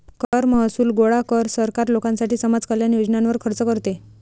कर महसूल गोळा कर, सरकार लोकांसाठी समाज कल्याण योजनांवर खर्च करते